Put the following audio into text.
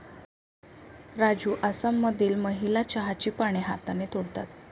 राजू आसाममधील महिला चहाची पाने हाताने तोडतात